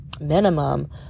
minimum